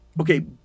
Okay